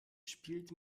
spielt